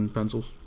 Pencils